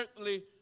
earthly